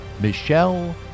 Michelle